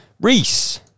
Reese